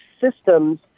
systems